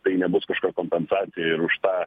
tai nebus kažkokia kompensacija ir už tą